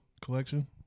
collection